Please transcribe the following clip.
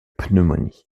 pneumonie